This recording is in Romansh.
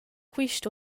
quist